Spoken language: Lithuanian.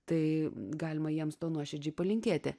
tai galima jiems to nuoširdžiai palinkėti